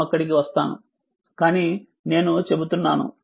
నేను అక్కడికి వస్తాను కానీ నేను చెబుతున్నాను